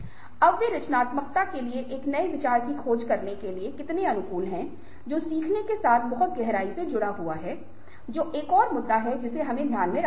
अब वे रचनात्मकता के लिए एक नए विचार की खोज करने के लिए कितने अनुकूल हैं जो सीखने के साथ बहुत गहराई से जुड़ा हुआ है जो एक और मुद्दा है जिसे हमें ध्यान में रखना होगा